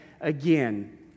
again